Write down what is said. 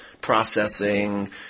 processing